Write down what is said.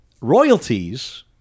royalties